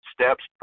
steps